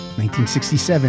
1967